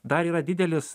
dar yra didelis